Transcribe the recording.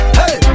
hey